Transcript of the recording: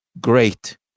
great